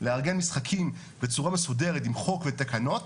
לארגן משחקים בצורה מסודרת עם חוק ותקנות,